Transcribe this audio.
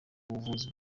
bavuzi